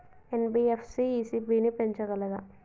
NBFC ECB ని పెంచగలదా?